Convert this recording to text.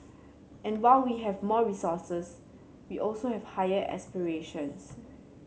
and while we have more resources we also have higher aspirations